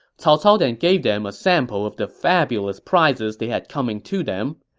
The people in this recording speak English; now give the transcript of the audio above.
cao cao then gave them a sample of the fabulous prizes they had coming to them.